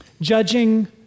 judging